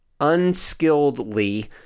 unskilledly